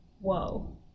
Whoa